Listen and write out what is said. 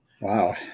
Wow